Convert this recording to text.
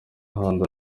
ahandi